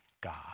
God